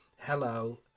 hello